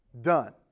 done